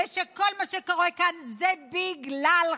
ושכל מה שקורה כאן זה בגללך: